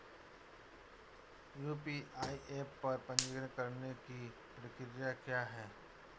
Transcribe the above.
UPI app पर पंजीकरण करने की प्रक्रिया क्या है?